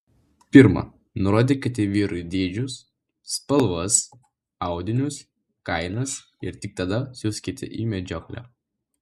pirma nurodykite vyrui dydžius spalvas audinius kainas ir tik tada siųskite į medžioklę